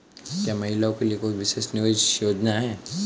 क्या महिलाओं के लिए कोई विशेष निवेश योजना है?